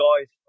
guy's